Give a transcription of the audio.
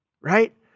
right